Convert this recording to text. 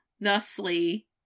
thusly